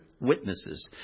witnesses